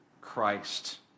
Christ